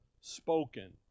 spoken